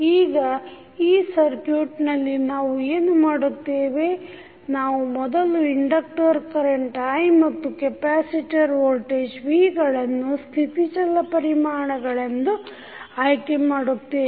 ಈಗ ಈ ಸರ್ಕ್ಯೂಟ್ ನಲ್ಲಿ ನಾವು ಏನು ಮಾಡುತ್ತೇವೆ ನಾವು ಮೊದಲು ಇಂಡಕ್ಟರ್ ಕರೆಂಟ್ i ಮತ್ತು ಕೆಪ್ಯಾಸಿಟರ್ ವೋಲ್ಟೇಜ್ v ಗಳನ್ನು ಸ್ಥಿತಿ ಛಲ ಪರಿಮಾಣಗಳೆಂದು ಆಯ್ಕೆ ಮಾಡುತ್ತೇವೆ